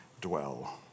dwell